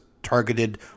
targeted